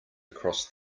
across